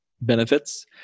benefits